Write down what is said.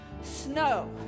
snow